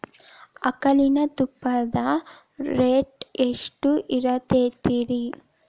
ಆಕಳಿನ ತುಪ್ಪದ ರೇಟ್ ಎಷ್ಟು ಇರತೇತಿ ರಿ?